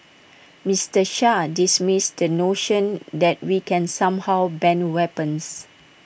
Mister Shah dismissed the notion that we can somehow ban weapons